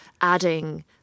adding